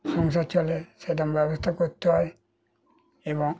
সংসার চলে সেরকম ব্যবস্থা করতে হয় এবং